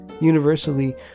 Universally